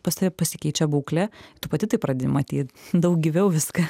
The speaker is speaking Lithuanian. pas tave pasikeičia būklė tu pati tai pradedi matyt daug gyviau viską